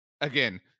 again